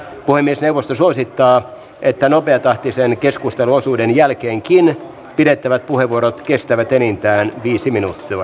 puhemiesneuvosto suosittaa että nopeatahtisen keskusteluosuuden jälkeenkin pidettävät puheenvuorot kestävät enintään viisi minuuttia